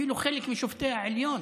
אפילו חלק משופטי העליון